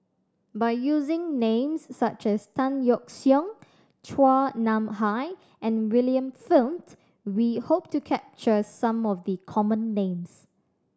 by using names such as Tan Yeok Seong Chua Nam Hai and William Flint we hope to capture some of the common names